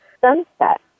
sunset